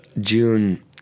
June